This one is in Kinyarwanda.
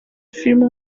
filime